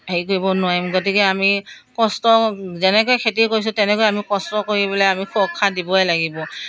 হেৰি কৰিব নোৱাৰিম গতিকে আমি কষ্ট যেনেকৈ খেতি কৰিছোঁ তেনেকৈ আমি কষ্ট কৰি পেলাই আমি সুৰক্ষা দিবই লাগিব